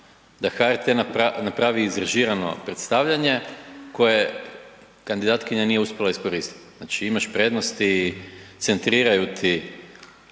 da HRT napravi izrežirano predstavljanje koje kandidatkinja nije uspjela iskoristit, znači imaš prednosti, centriraju ti